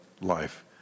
life